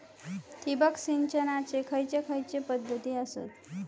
ठिबक सिंचनाचे खैयचे खैयचे पध्दती आसत?